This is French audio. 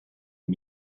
est